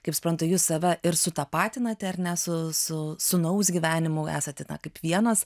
kaip suprantu jūs save ir sutapatinate ar ne su su sūnaus gyvenimu esate kaip vienas